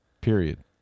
Period